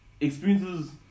experiences